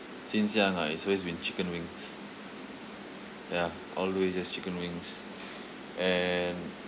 since young ah it's always been chicken wings ya always just chicken wings and